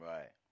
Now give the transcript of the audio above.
Right